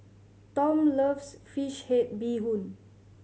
Tom loves fish head bee hoon